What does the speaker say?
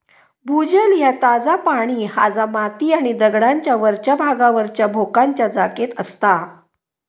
भूजल ह्या ताजा पाणी हा जा माती आणि दगडांच्या वरच्या भागावरच्या भोकांच्या जागेत असता